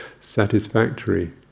satisfactory